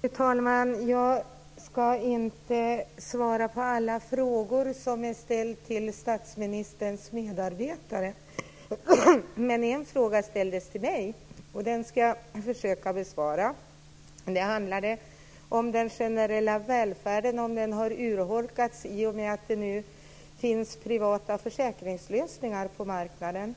Fru talman! Jag ska inte svara på alla frågor som är ställda till statsministerns medarbetare, men en fråga ställdes till mig och den ska jag försöka besvara. Den gällde om den generella välfärden har urholkats i och med att det nu finns privata försäkringslösningar på marknaden.